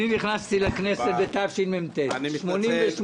נכנסתי לכנסת בתשמ"ט 1988. אני מתנצל.